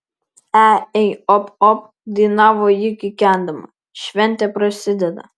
e ei op op dainavo ji kikendama šventė prasideda